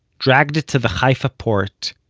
dragged it to the haifa port,